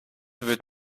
wird